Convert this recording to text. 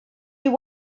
you